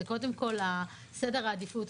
זה קודם כל סדר העדיפות,